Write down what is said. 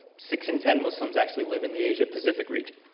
six in ten muslims actually live in the asia-pacific region.